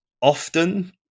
often